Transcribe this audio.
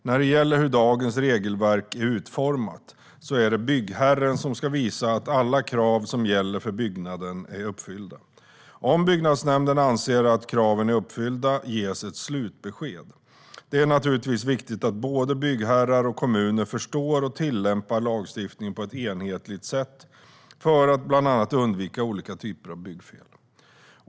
När det gäller hur dagens regelverk är utformat är det byggherren som ska visa att alla krav som gäller för byggnaden är uppfyllda. Om byggnadsnämnden anser att kraven är uppfyllda ges ett slutbesked. Det är naturligtvis viktigt att både byggherrar och kommuner förstår och tillämpar lagstiftningen på ett enhetligt sätt för att bland annat undvika olika typer av byggfel.